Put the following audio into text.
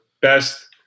best